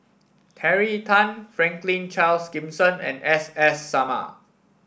Terry Tan Franklin Charles Gimson and S S Sarma